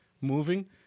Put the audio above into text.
moving